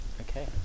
Okay